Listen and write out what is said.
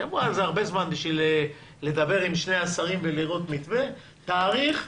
שבוע זה הרבה זמן לדבר על שני השרים ולראות מתווה תאריך,